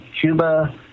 cuba